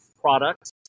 products